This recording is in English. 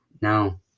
no